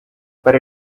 but